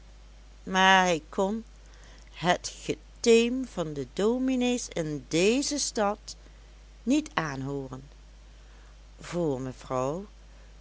maar hij kon het geteem van de dominé's in deze stad niet aanhooren voor mevrouw